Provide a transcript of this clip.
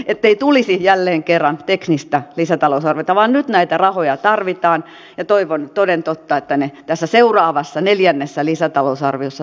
ettei tulisi teknistä lisätalousarviota vaan nyt näitä rahoja tarvitaan ja toivon toden totta että ne tässä seuraavassa neljännessä lisätalousarviossa tulevat